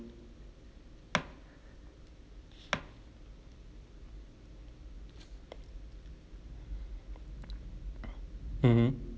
mmhmm